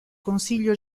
consiglio